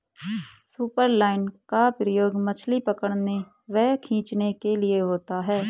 superline का प्रयोग मछली पकड़ने व खींचने के लिए होता है